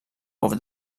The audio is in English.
over